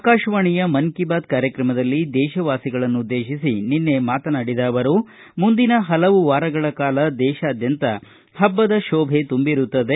ಆಕಾಶವಾಣಿಯ ಮನ್ ಕಿ ಬಾತ್ ಕಾರ್ಯಕ್ರಮದಲ್ಲಿ ದೇಶವಾಸಿಗಳನ್ನುದ್ದೇತಿಸಿ ಮಾತನಾಡಿದ ಅವರು ಮುಂದಿನ ಹಲವು ವಾರಗಳ ಕಾಲ ದೇಶಾದ್ದಂತ ಹಬ್ಬದ ಶೋಭೆ ತುಂಬಿರುತ್ತದೆ